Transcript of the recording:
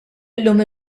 llum